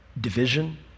division